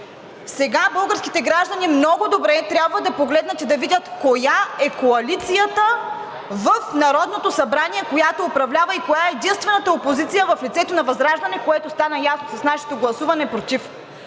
Сега българските граждани много добре трябва да погледнат и да видят коя е коалицията в Народното събрание, която управлява, и коя е единствената опозиция в лицето на ВЪЗРАЖДАНЕ, което стана ясно с нашето гласуване против.